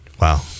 Wow